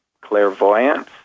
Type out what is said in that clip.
clairvoyance